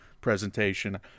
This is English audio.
presentation